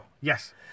Yes